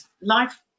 life